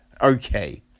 okay